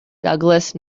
douglas